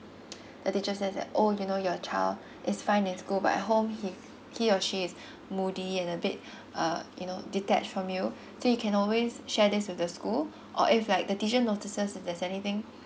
the teacher says that oh you know your child is fine in school but at home he he or she is moody and a bit uh you know detached from you so you can always share this with the school or if like the teacher notices if there's anything